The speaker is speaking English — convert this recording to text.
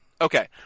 Okay